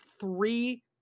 three